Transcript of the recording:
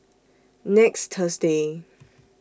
next Thursday